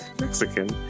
Mexican